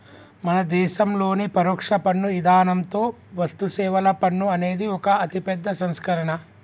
మన దేసంలోని పరొక్ష పన్ను ఇధానంతో వస్తుసేవల పన్ను అనేది ఒక అతిపెద్ద సంస్కరణ